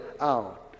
out